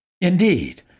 Indeed